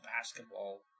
basketball